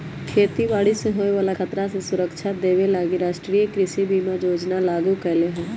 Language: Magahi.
खेती बाड़ी से होय बला खतरा से सुरक्षा देबे लागी राष्ट्रीय कृषि बीमा योजना लागू कएले हइ